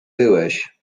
byłeś